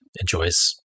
enjoys